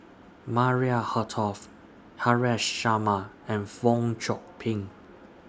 Maria Hertogh Haresh Sharma and Fong Chong Pik